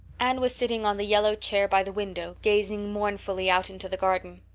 anne was sitting on the yellow chair by the window gazing mournfully out into the garden.